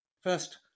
First